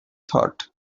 thought